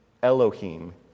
Elohim